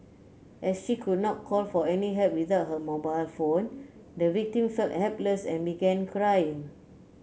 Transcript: as she could not call for any help without her mobile phone the victim felt helpless and began crying